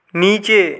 नीचे